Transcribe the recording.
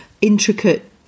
intricate